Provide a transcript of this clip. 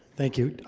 thank you.